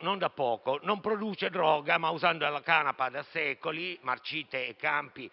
non da poco. Non si produce droga, ma usando la canapa da secoli (marcite e campi